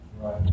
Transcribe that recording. Right